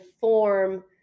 form